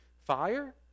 fire